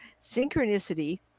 Synchronicity